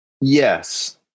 Yes